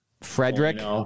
Frederick